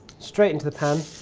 straight into the pan,